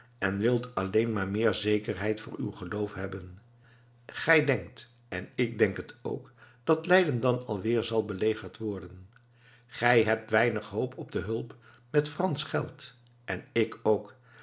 en wilt alleen maar meer zekerheid voor uw geloof hebben gij denkt en ik denk het ook dat leiden dan alweer zal belegerd worden gij hebt weinig hoop op de hulp met fransch geld en ik ook